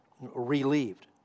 relieved